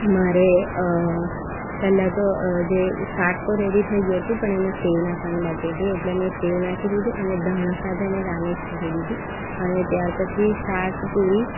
મારે પેલા તો જે શાક તો રેડી થઈ ગયું હતું પણ એમાં સેવ નાખવાની બાકી હતી એટલે મેં સેવ નાખી દીધી અને ધાણા સાથે ને ગાર્નિસ કરી દીધું અને ત્યાર પછી શાક પુરી